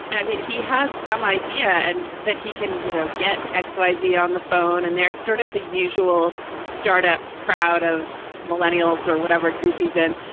i mean, he has some idea and that he can, you know, get x, y, z on the phone. and there is sort of the usual startup crowd of millennials or whatever group he's in.